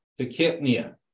tachypnea